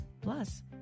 Plus